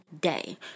day